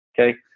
okay